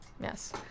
Yes